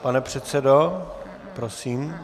Pane předsedo, prosím.